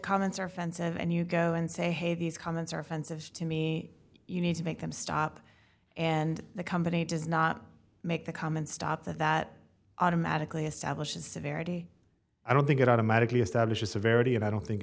comments are offensive and you go and say hey these comments are offensive to me you need to make them stop and the company does not make the comment stop that automatically establishes severity i don't think it automatically establishes a varity and i don't think